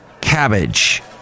Cabbage